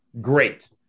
Great